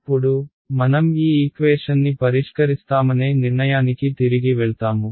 ఇప్పుడు మనం ఈ ఈక్వేషన్ని పరిష్కరిస్తామనే నిర్ణయానికి తిరిగి వెళ్తాము